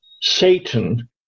Satan